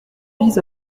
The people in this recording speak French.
vise